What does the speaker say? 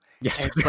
Yes